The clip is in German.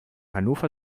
hannover